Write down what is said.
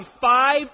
five